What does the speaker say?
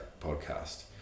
podcast